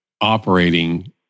operating